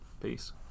peace